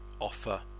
offer